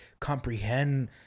comprehend